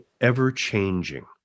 ever-changing